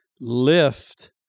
lift